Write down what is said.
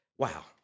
Wow